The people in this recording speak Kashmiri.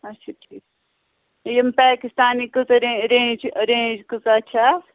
اَچھا ٹھیٖک یِم پٲکِستانی کۭژاہ رینٛج رینٛج کۭژاہ چھِ اَتھ